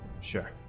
Sure